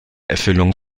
erfüllung